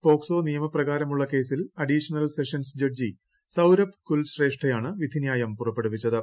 POCSO നിയമപ്രകാരമുള്ള കേസിൽ additional sessions judge Saurabh കുൽശ്രേഷ്ഠയാണ് വിധിന്യായം പുറപ്പെടുവിച്ചത്